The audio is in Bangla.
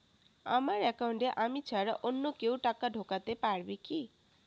আমার একাউন্টে আমি ছাড়া অন্য কেউ টাকা ঢোকাতে পারবে কি?